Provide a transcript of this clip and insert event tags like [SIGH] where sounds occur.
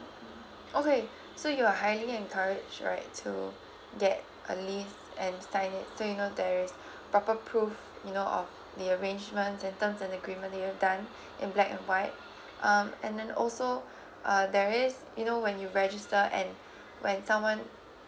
okay so you are highly encourage right to get at least and signed it so you know there is [BREATH] proper proof you know of the arrangement and terms and agreement you've done in black and white um and then also [BREATH] uh there is you know when you register and [BREATH] when someone